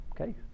Okay